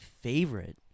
favorite